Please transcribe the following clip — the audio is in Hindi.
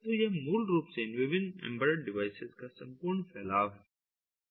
तो यह मूल रूप से इन विभिन्न एंबेडेड डिवाइसेज का संपूर्ण फैलाव है